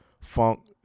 Funk